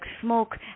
smoke